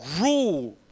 rule